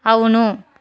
అవును